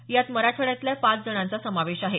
यात मराठवाड्यातल्या पाच जणांचा समावेश आहे